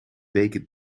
beken